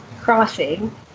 crossing